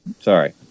Sorry